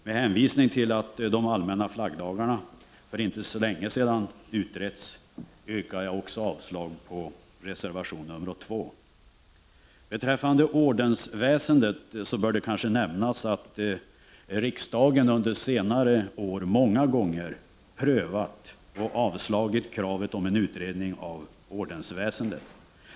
Med hänvisning till att de allmänna flaggdagarna för inte så länge sedan utretts yrkar jag avslag också på reservation 2. Beträffande ordensväsendet bör det kanske nämnas att riksdagen under senare år många gånger prövat och avslagit kravet om en utredning av ordensväsendet.